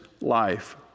life